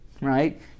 right